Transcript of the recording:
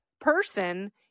person